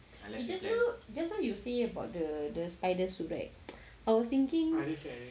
just you just now you say about the spiders suit right I was thinking